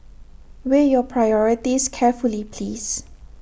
weigh your priorities carefully please